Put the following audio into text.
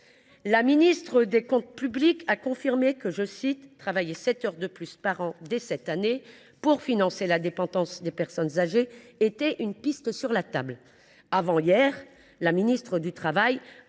La ministre des comptes publics a confirmé que « travailler sept heures de plus par an, dès cette année, pour financer la dépendance des personnes âgées était une piste sur la table ».